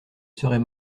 serais